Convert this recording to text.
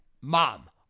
mom